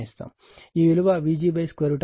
ఈ విలువVgRgRL2xg2 V